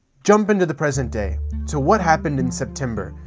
jump into the present day, to what happened in september,